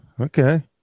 Okay